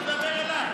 אתה מדבר אליי.